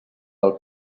del